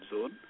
zone